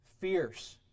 fierce